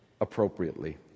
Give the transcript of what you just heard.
appropriately